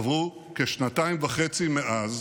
עברו כשנתיים וחצי מאז